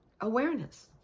awareness